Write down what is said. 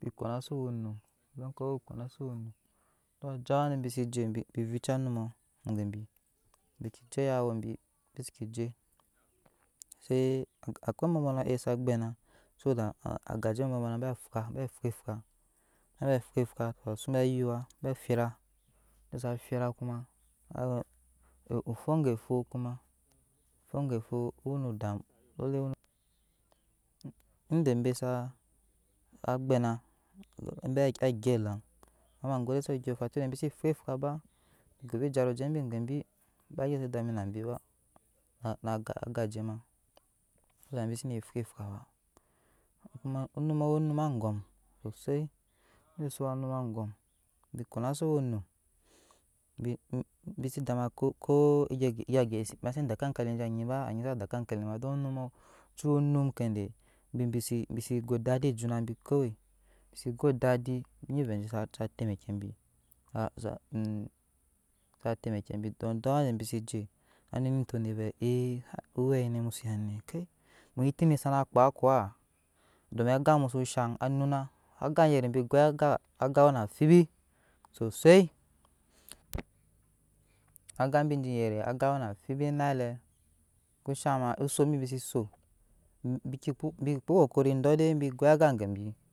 Biɔ konase oqo num vɛɛ ke owe konase owo num duk bi sije bi vija onumɔ gebi bike je yawo. bibi seke je awoi ambowbow nɔ sa gbena sadat agaje ambowbow nɔbe faa efaa be faa efaa tɔ sube yuwa be fira be firan kuma efu oga fu kuma owono dmuwa inde be sa gbena ede gedan ema gode se ondyɔɔfan tande bisie faa efaa ba bi gave jamo oje bi gebi baygi si dami nabi ba na agajema zodat be se ne fasa efaa ba kuman nummɔ we onmm angon sosai dishi we onum angom bi konase owo num ebisi tama ko gye byasi dakkui ankeli anje anyi ba anyi sa dakki akede bise bise go dadi junabi kowe biseke godandi bi nyi ovɛɛ su temekibi kuma awabi seje anel ngi vvɛɛ de owe nɛ ke munyi eti ni sanakpan kowa domi aga mu su shan annuna aga joga joŋ no bi goi agan na amfibi sosai aga je bembe aga we na amfibi. lailɛɛ ko shanma osubi se su biki kpo kɔkøri dɔɔ de bi goi aga gebi.